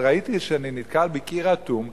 אבל ראיתי שאני נתקל בקיר אטום.